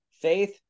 Faith